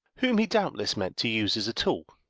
whom he doubtless meant to use as a tool.